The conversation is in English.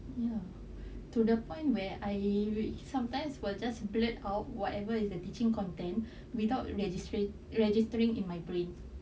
ya to the point where I sometimes will just blurt out whatever is the teaching content without registry registering in my brain